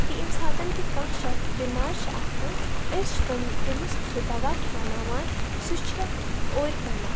بیٚیہِ ییٚمہِ ساتَن تہِ کانٛہہ شَخص بِمار چھِ آسان أسۍ چھِ تٕم تٔمِس سُہ دَوا کھیٛاناوان سُہ چھِ اورِ بَنان